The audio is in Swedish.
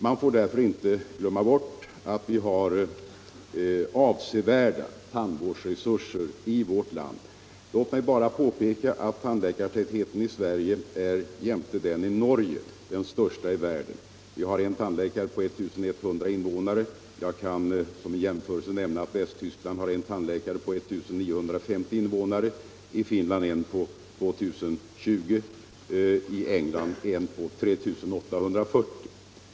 Man får därför inte glömma bort att vårt land har avsevärda tandvårdsresurser. Låt mig bara påpeka att tandläkartätheten i Sverige är jämte den i Norge den största i världen. Vi har en tandläkare på 1 100 invånare. Jag kan såsom jämförelse nämna att Västtyskland har en tandläkare på 1950 Nr 81 invånare, Finland en på 2020 och England en på 3 840.